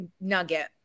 nugget